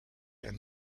and